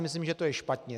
Myslím si, že to je špatně.